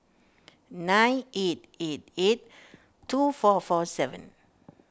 nine eight eight eight two four four seven